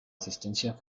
asistencia